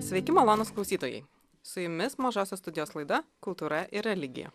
sveiki malonūs klausytojai su jumis mažosios studijos laida kultūra ir religija